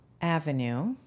Avenue